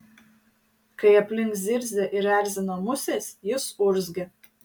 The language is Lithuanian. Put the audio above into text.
kai aplink zirzia ir erzina musės jis urzgia